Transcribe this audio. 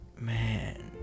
Man